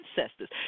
ancestors